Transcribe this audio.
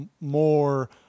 more